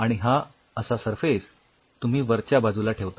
आणि हा असा सरफेस तुम्ही वरच्या बाजूला ठेवता